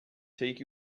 take